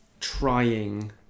trying